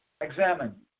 Examine